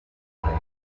rey